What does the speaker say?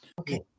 Okay